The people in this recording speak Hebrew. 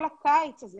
כל הקיץ הזה,